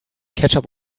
ketchup